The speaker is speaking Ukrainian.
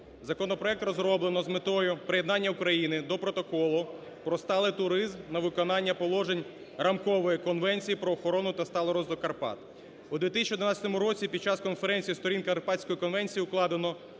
Законопроект розроблено з метою приєднання України до Протоколу про сталий туризм на виконання положень Рамкової конвенції про охорону та сталий розвиток Карпат. У 2011 році під час Конференції сторін Карпатською конвенцією укладено